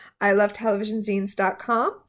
ilovetelevisionzines.com